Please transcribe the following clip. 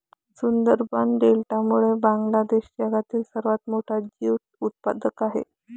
सुंदरबन डेल्टामुळे बांगलादेश जगातील सर्वात मोठा ज्यूट उत्पादक आहे